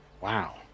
Wow